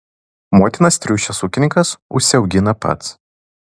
motinas triušes ūkininkas užsiaugina pats